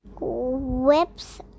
whips